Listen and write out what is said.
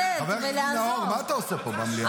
חבר הכנסת אושר שקלים, די.